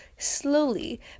slowly